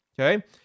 okay